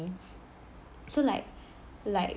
so like like